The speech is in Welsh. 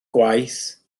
gwaith